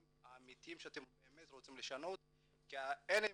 האמתיים שאתם באמת רוצים לשנות כי אין אמון.